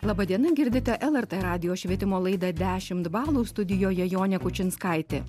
laba diena girdite lrt radijo švietimo laidą dešimt balų studijoje jonė kučinskaitė